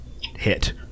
hit